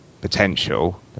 potential